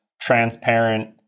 transparent